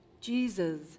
Jesus